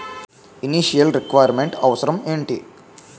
Initial requirement అవసరం ఎంటి?